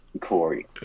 Corey